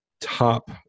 top